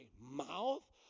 mouth